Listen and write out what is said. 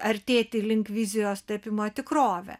artėti link vizijos tapimo tikrove